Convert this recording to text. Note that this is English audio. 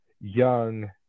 young